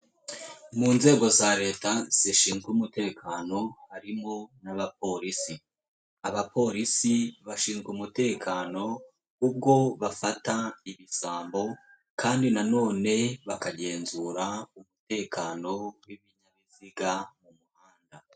Mu nzego za leta zishinzwe umutekano harimo n'abaporisi. Abapolisi bashinzwe umutekano, ubwo bafata ibisambo, kandi nanone bakagenzura umutekano w'ibinyabiziga mu muhanda.